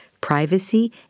privacy